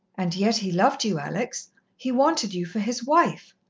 and yet he loved you, alex he wanted you for his wife.